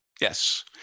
Yes